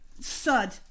sud